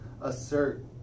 assert